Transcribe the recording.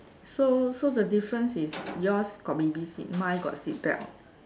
so so the difference is yours got baby seat mine got seat belt